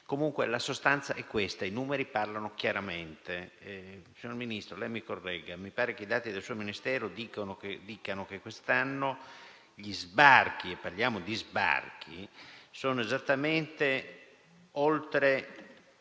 Comunque, la sostanza è questa: i numeri parlano chiaramente. Signor Ministro, mi corregga se sbaglio, ma mi pare che i dati del suo Ministero dicano che quest'anno gli sbarchi - e parliamo di sbarchi - siano stati oltre